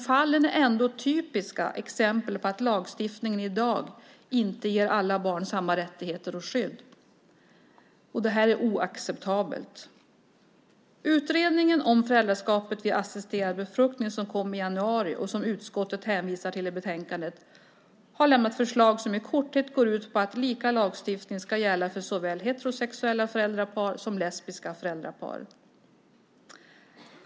Fallen är ändå typiska exempel på att lagstiftningen i dag inte ger alla barn samma rättigheter och skydd. Det är oacceptabelt. Utredningen om föräldraskapet vid assisterad befruktning som kom i januari och som utskottet hänvisar till i betänkandet har lämnat förslag som i korthet går ut på att lika lagstiftning ska gälla för såväl heterosexuella föräldrapar som lesbiska föräldrapar.